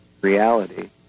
reality